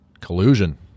Collusion